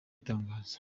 ibitangaza